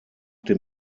dem